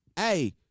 Hey